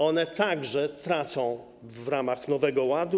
One także tracą w ramach Nowego Ładu.